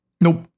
Nope